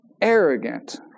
arrogant